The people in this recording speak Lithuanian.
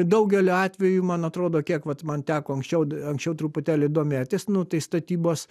daugeliu atvejų man atrodo kiek vat man teko anksčiau anksčiau truputėlį domėtis nu tai statybos